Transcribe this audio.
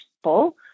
people